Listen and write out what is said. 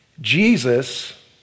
Jesus